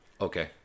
Okay